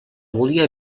volia